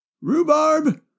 Rhubarb